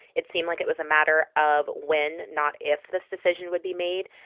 it seemed like it was a matter of when, not if this decision would be made.